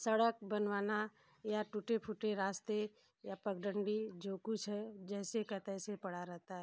सड़क बनवाना या टूटे फूटे रास्ते या पगडंडी जो कुछ है जैसे का तैसे पड़ा रहता है